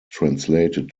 translated